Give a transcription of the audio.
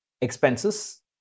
expenses